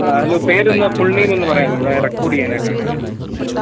ആ ഹലോ പേരെന്താ full name ഒന്ന് പറയാമോ ഇവിടെ റെക്കോർഡ് ചെയ്യാനായിട്ടാണ്